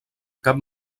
cap